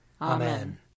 Amen